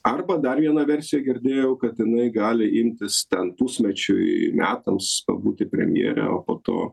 arba dar vieną versiją girdėjau kad jinai gali imtis ten pusmečiui metams pabūti premjere o po to